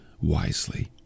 wisely